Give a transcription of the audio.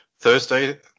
thursday